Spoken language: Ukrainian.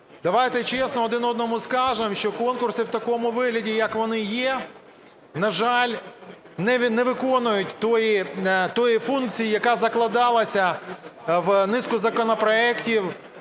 Давайте чесно один одному скажемо, що конкурси в такому вигляді, як вони є, на жаль, не виконують тої функції, яка закладалась в низку законопроектів,